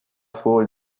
full